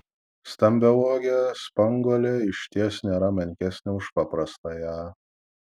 stambiauogė spanguolė išties nėra menkesnė už paprastąją